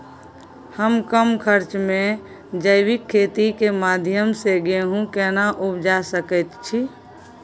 हम कम खर्च में जैविक खेती के माध्यम से गेहूं केना उपजा सकेत छी?